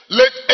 let